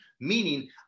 meaning